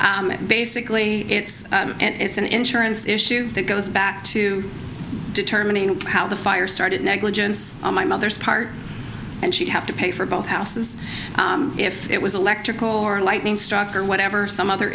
basically it's it's an insurance issue that goes back to determining how the fire started negligence on my mother's part and she'd have to pay for both houses if it was electrical or lightning struck or whatever some other